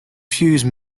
fuse